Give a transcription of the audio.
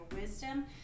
wisdom